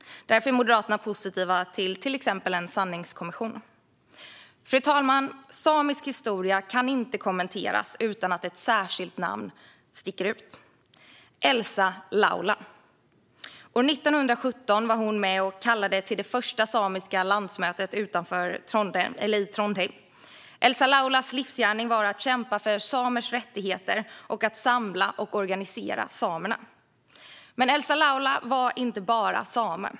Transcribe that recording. Därför är Moderaterna positiva till exempelvis en sanningskommission. Fru talman! Samisk historia kan inte kommenteras utan att ett särskilt namn sticker ut: Elsa Laula. År 1917 var hon med och kallade till det första samiska landsmötet i Trondheim. Elsa Laulas livsgärning var att kämpa för samers rättigheter och att samla och organisera samerna. Men Elsa Laula var inte bara same.